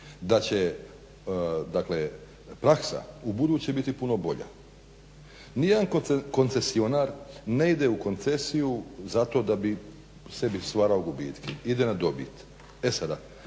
dakle praksa ubuduće biti puno bolja. Ni jedan koncesionar ne ide u koncesiju zato da bi sebi stvarao gubitke. Ide na dobit. E sada